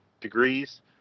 degrees